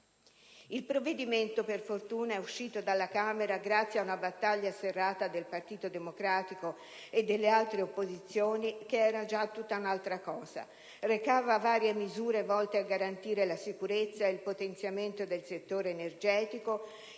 Il provvedimento, per fortuna, è uscito dalla Camera, grazie a una battaglia serrata del Partito Democratico e delle altre opposizioni, che era già tutta un'altra cosa. Recava varie misure volte a garantire la sicurezza e il potenziamento del settore energetico,